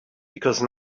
because